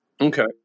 Okay